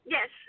Yes